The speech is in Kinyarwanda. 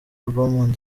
album